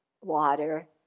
water